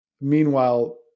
Meanwhile